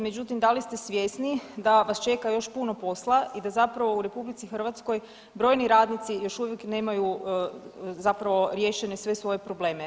Međutim, da li ste svjesni da vas čeka još puno posla i da zapravo u RH brojni radnici još uvijek nemaju zapravo riješene sve svoje probleme?